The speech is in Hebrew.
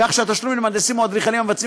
כך שהתשלום למהנדסים או אדריכלים המבצעים